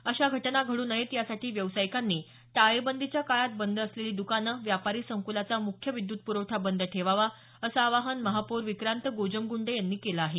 अशा घटना घडू नयेत यासाठी व्यावसायिकांनी टाळेबंदीच्या काळात बंद असलेली द्कानं व्यापारी संकुलाचा मुख्य विद्युत पुरवठा बंद ठेवावा असं आवाहन महापौर विक्रांत गोजमग़ंडे यांनी केलं आहे